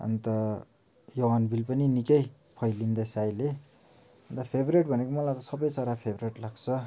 अन्त यो हर्नबिल पनि निकै फैलिँदैछ अहिले र फेबरेट भनेको मलाई त सबै चरा फेबरेट लाग्छ